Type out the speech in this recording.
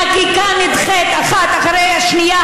חקיקה נדחית אחת אחרי השנייה,